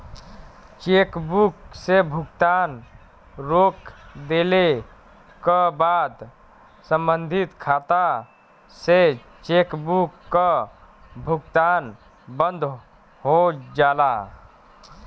chequebook से भुगतान रोक देले क बाद सम्बंधित खाता से चेकबुक क भुगतान बंद हो जाला